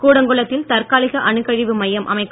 கூடங்குளத்தில் தற்காலிக அணுக்கழிவு மையம் அமைக்கும்